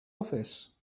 office